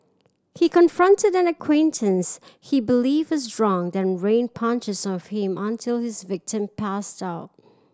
he confronted an acquaintance he believed is drunk then rained punches on him until his victim passed out